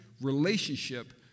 relationship